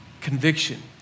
conviction